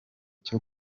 cyo